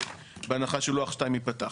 בהנחה שלוח 2 ייפתח.